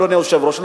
אדוני היושב-ראש.